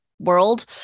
world